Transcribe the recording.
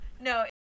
No